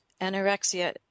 anorexia